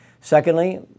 Secondly